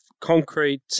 concrete